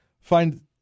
find